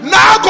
Now